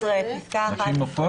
בפסקה (11).